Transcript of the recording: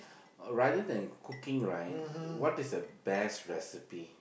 rather than cooking right what is the best recipe